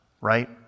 right